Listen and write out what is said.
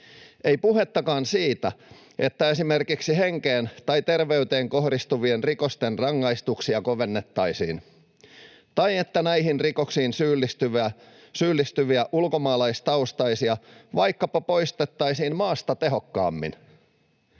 ei puhettakaan siitä, että esimerkiksi henkeen tai terveyteen kohdistuvien rikosten rangaistuksia kovennettaisiin tai että näihin rikoksiin syyllistyviä ulkomaalaistaustaisia vaikkapa poistettaisiin maasta tehokkaammin.